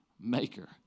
maker